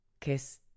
kiss